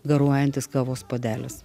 garuojantis kavos puodelis